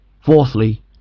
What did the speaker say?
Fourthly